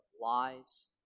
lies